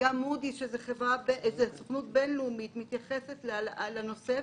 גם Moody’s, שזו סוכנות בינלאומית, מתייחסת לנושא.